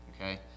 okay